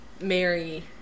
Mary